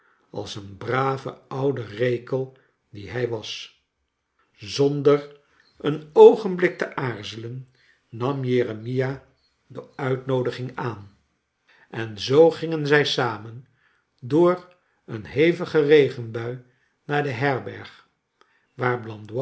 als een brave oude rekel die hij was zonder een oogenblik te aarzelen nam jeremia de uitnoodiging aan en zoo gingen zij samen door een hevige regenbui naar de her berg waar